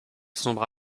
sombre